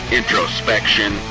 introspection